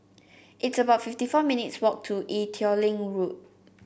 it's about fifty four minutes' walk to Ee Teow Leng Road